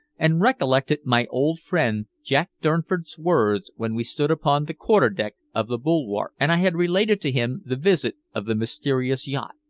and recollected my old friend jack durnford's words when we stood upon the quarter-deck of the bulwark and i had related to him the visit of the mysterious yacht.